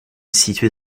située